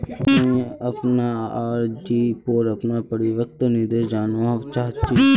मुई अपना आर.डी पोर अपना परिपक्वता निर्देश जानवा चहची